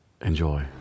Enjoy